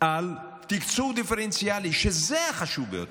על תקצוב דיפרנציאלי, שזה החשוב ביותר.